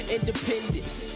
Independence